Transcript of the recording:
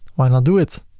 why not do it?